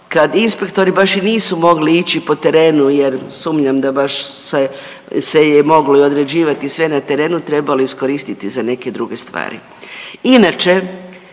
kad inspektori baš i nisu mogli ići po terenu jer sumnjam da baš se je i moglo određivati i sve na terenu trebalo je iskoristiti za neke druge stvari. Inače